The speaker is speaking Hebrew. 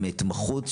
עם התמחות.